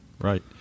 Right